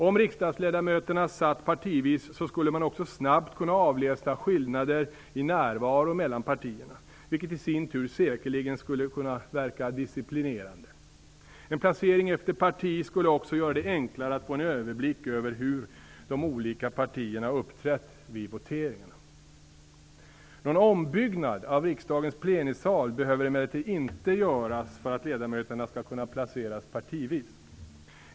Om riksdagsledamöterna satt partivis skulle man också snabbt kunna avläsa skillnader i närvaro mellan partierna, vilket i sin tur säkerligen skulle verka disciplinerande. En placering efter parti skulle också göra det enklare att få en överblick över hur de olika partierna uppträtt vid voteringarna. Någon ombyggnad av riksdagens plenisal behöver emellertid inte göras för att ledamöterna skall kunna placeras partivis.